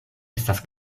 estas